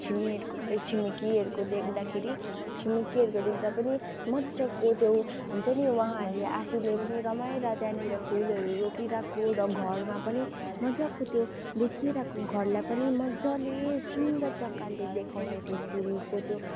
छिमेकको ए छिमेकीहरूको देख्दाखेरि छिमेकीहरूको देख्दा पनि मजाको त्यो हुन्छ नि उहाँहरूले आफूले पनि रमाएर त्यहाँनिर फुलहरू रोपिरहेको र घरमा पनि मजाको त्यो देखिइरहेको घरलाई पनि मजाले सुन्दर प्रकारले देखाउने त्यो फुलको त्यो